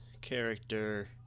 character